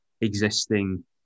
existing